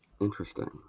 Interesting